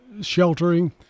sheltering